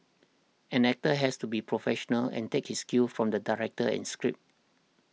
an actor has to be professional and take his cue from the director and script